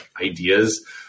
ideas